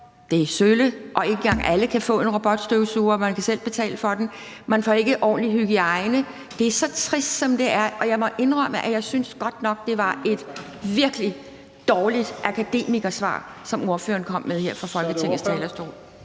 er sølle, og ikke engang alle kan få en robotstøvsuger; man kan selv betale for den. Man får ikke taget ordentlig hånd om hygiejnen. Det er så trist, som det kan være, og jeg må indrømme, at jeg godt nok synes, det var et virkelig dårligt akademikersvar, som ordføreren kom med her fra Folketingets talerstol.